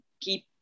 keep